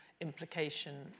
implication